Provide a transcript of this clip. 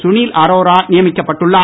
சுனில் அரோரா நியமிக்கப்பட்டுள்ளார்